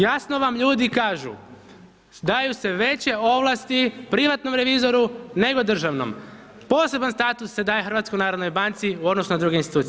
Jasno vam ljudi kažu, daju se veće ovlasti privatnom revizoru nego državnom, poseban status se daje HNB-u u odnosu na druge institucije.